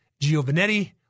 Giovanetti